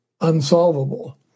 unsolvable